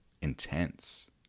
intense